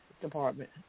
department